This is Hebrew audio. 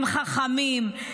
הם חכמים,